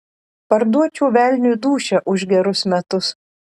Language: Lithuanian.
parduočiau velniui dūšią už gerus metus